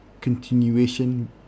continuation